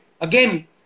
again